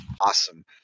awesome